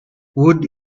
wood